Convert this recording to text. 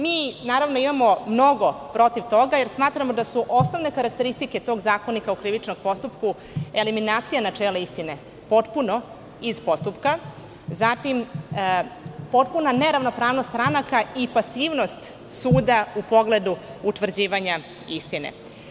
Mi smo mnogo protiv toga, jer smatramo da su osnovne karakteristike tog Zakonika o krivičnom postupku eliminacija načela istine potpuno iz postupka, zatim, potpuna neravnopravnost stranaka i pasivnost suda u pogledu utvrđivanja istine.